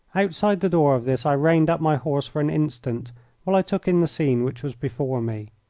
outside the door of this i reined up my horse for an instant while i took in the scene which was before me.